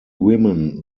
women